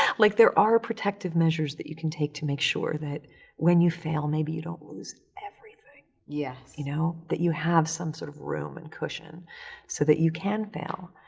like, there are protective measures that you can take to make sure that when you fail maybe you don't lose everything. yes. you know? that you have some sort of room and cushion so that you can fail,